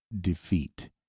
defeat